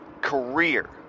career